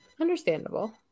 understandable